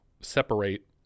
separate